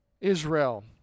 Israel